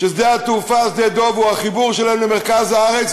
ששדה התעופה שדה-דב הוא החיבור שלהם למרכז הארץ,